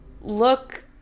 look